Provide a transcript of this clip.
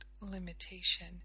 Limitation